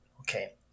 Okay